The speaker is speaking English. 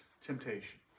temptation